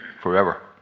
forever